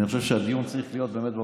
אני חושב שהדיון צריך להיות באמת בוועדה,